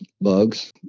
bugs